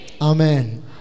Amen